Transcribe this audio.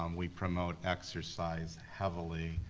um we promote exercise heavily,